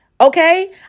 Okay